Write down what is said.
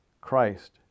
Christ